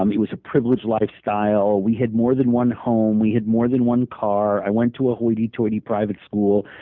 um it was a privileged lifestyle. we had more than one home. we had more than one car. i went to a hoity-toity private school.